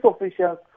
officials